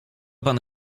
pan